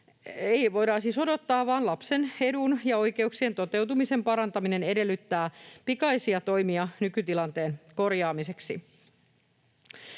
ei voida odottaa, vaan lasten edun ja oikeuksien toteutumisen parantaminen edellyttää pikaisia toimia nykytilanteen korjaamiseksi.